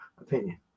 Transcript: opinion